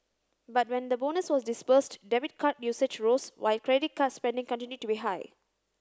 but when the bonus was disbursed debit card usage rose while credit card spending continued to be high